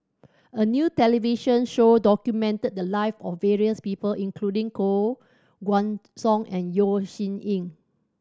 a new television show documented the lives of various people including Koh Guan Song and Yeo Shih Yun